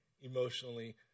emotionally